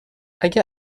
اگه